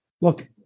Look